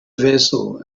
vessel